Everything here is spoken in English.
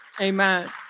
Amen